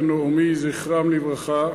זכרם לברכה,